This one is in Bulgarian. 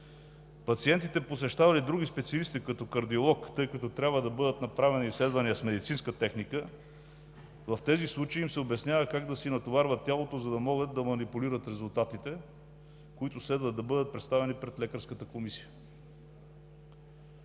Пациентите, посещавали други специалисти – кардиолог например, тъй като трябва да бъдат направени изследвания с медицинска техника, в тези случаи им се обяснява как да си натоварват тялото, за да могат да манипулират резултатите, които следва да бъдат представени пред Лекарската комисия.